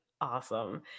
awesome